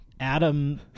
Adam